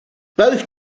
both